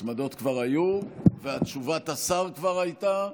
מוצמדות כבר היו, ותשובת השר כבר הייתה.